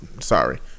Sorry